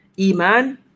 Iman